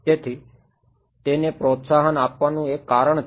તેથી તેને પ્રોત્સાહન આપવાનું એક કારણ છે